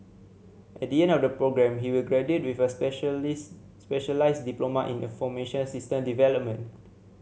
at the end of the programme he will graduate with a specialist specialize diploma system development